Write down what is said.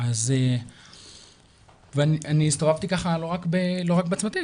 אני הסתובבתי ככה, לא רק בצמתים.